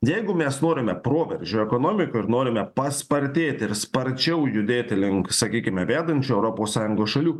jeigu mes norime proveržio ekonomikoje ir norime paspartėti ir sparčiau judėti link sakykime vedančių europos sąjungos šalių